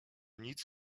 nic